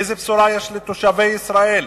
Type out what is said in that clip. איזו בשורה יש לתושבי ישראל?